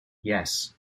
yes